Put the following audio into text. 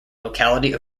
locality